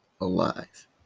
alive